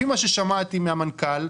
לפי מה ששמעתי מהמנכ"ל,